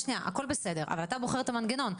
הכל בסדר, אבל אתה בוחר את המנגנון.